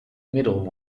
middle